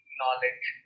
knowledge